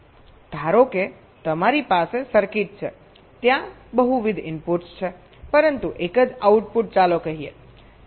ધારો કે તમારી પાસે સર્કિટ છે ત્યાં બહુવિધ ઇનપુટ્સ છે પરંતુ એક જ આઉટપુટ ચાલો કહીએ